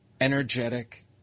energetic